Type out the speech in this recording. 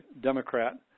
Democrat